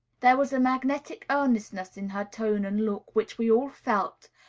there was a magnetic earnestness in her tone and look, which we all felt,